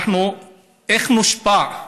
איך נושפע?